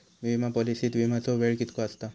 विमा पॉलिसीत विमाचो वेळ कीतको आसता?